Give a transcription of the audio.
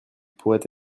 pourrait